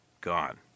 gone